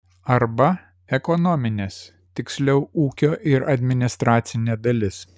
arba ekonominės tiksliau ūkio ir administracinė dalis